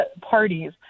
parties